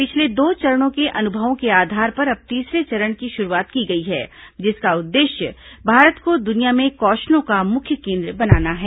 पिछले दो चरणों के अनुभवों के आधार पर अब तीसरे चरण की शुरुआत की गई है जिसका उद्देष्य भारत को दुनिया में कौषलों का मुख्य केंद्र बनाना है